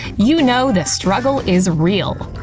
you know the struggle is real.